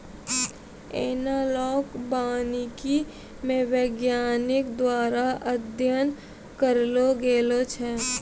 एनालाँक वानिकी मे वैज्ञानिक द्वारा अध्ययन करलो गेलो छै